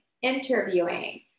Interviewing